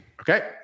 Okay